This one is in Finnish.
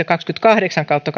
kaksikymmentäkahdeksan kautta